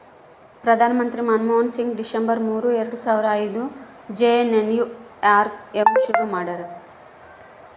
ಪ್ರಧಾನ ಮಂತ್ರಿ ಮನ್ಮೋಹನ್ ಸಿಂಗ್ ಡಿಸೆಂಬರ್ ಮೂರು ಎರಡು ಸಾವರ ಐದ್ರಗಾ ಜೆ.ಎನ್.ಎನ್.ಯು.ಆರ್.ಎಮ್ ಶುರು ಮಾಡ್ಯರ